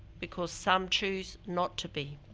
because some choose not to be,